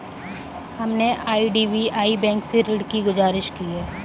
हमने IDBI bank से ऋण की गुजारिश की है